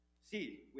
See